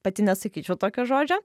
pati nesakyčiau tokio žodžio